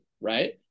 right